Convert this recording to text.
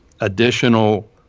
additional